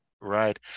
Right